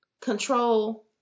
Control